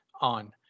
on